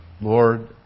Lord